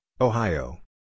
Ohio